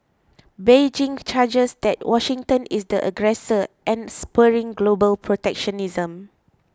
Beijing charges that Washington is the aggressor and spurring global protectionism